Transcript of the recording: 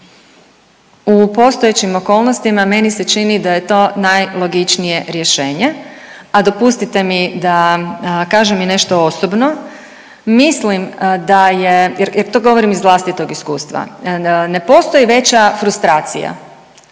U postojećim okolnostima meni se čini da je to najlogičnije rješenje, a dopustite mi da kažem i nešto osobno. Mislim da je, jer to govorim iz vlastitog iskustva, ne postoji veća frustracija